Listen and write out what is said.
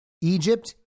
Egypt